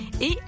et